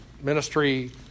ministry